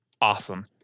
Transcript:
Awesome